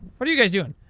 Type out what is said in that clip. what you guys doing?